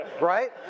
Right